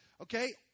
Okay